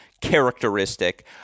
characteristic